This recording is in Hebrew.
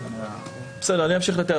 ראשון,